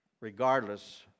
regardless